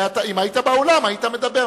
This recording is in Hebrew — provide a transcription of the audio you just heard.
אם היית באולם היית מדבר.